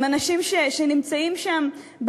הם אנשים שנמצאים שם,